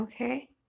okay